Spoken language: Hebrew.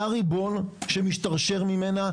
לריבון שמשתרשר ממנה,